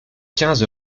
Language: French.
quinze